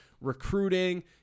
recruiting